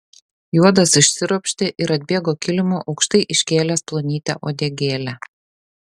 juodas išsiropštė ir atbėgo kilimu aukštai iškėlęs plonytę uodegėlę